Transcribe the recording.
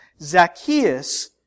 Zacchaeus